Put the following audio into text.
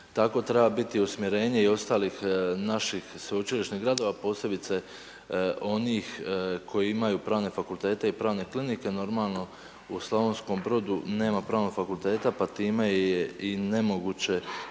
tako treba biti usmjerenje i ostalih naših sveučilišnih gradova, posebice onih koji imaju pravne fakultete i pravne klinike. Normalno u Slavonskom Brodu nema pravnog fakulteta pa time je i nemoguće